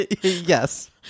Yes